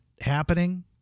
happening